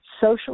social